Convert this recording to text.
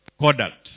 conduct